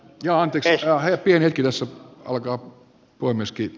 jo antisenseohje pienenkin osa alkaa uskoa